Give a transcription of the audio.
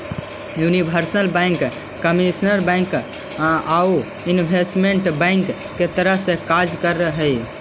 universal bank commercial bank आउ investment bank के तरह कार्य कर हइ